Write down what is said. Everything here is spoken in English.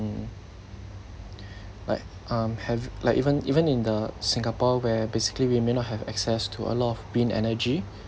like um have like even even in the singapore where basically we may not have access to a lot of green energy